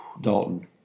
Dalton